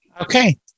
Okay